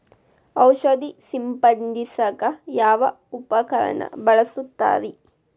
ಔಷಧಿ ಸಿಂಪಡಿಸಕ ಯಾವ ಉಪಕರಣ ಬಳಸುತ್ತಾರಿ?